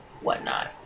whatnot